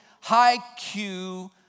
high-Q